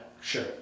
sure